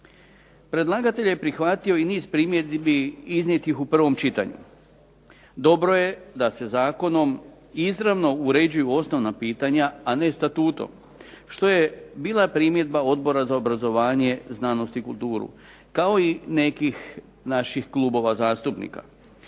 Predlagatelj je prihvatio i niz primjedbi iznijetih u prvom čitanju. Dobro je da se zakonom izravno uređuju osnovna pitanja a ne statutom što je bila primjedba Odbora za obrazovanje, znanost i kulturu kao i nekih naših klubova zastupnika.